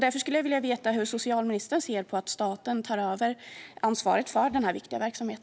Därför skulle jag vilja veta hur socialministern ser på att staten tar över ansvaret för denna viktiga verksamhet.